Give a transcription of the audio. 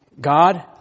God